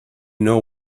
know